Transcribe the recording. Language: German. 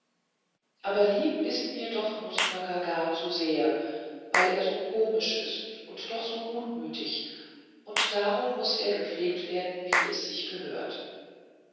aber lieb ist mir doch nußknacker gar zu sehr weil er so komisch ist und doch so gutmütig und darum muß er gepflegt werden wie sich's gehört